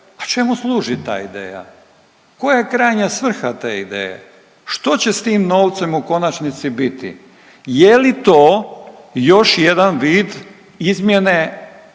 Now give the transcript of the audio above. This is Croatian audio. pa čemu služi ta ideja? Koja je krajnja svrha te ideje? Što će s tim novcem u konačnici biti? Je li to još jedan vid izmjene,